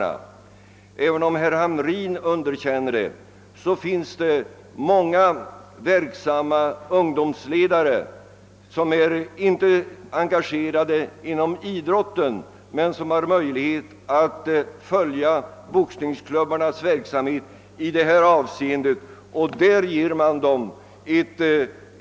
Men även om herr Hamrin underkänner det, ger många ungdomsledare, som inte är engagerade in om idrotten men som har möjlighet att följa boxningsklubbarnas verksamhet,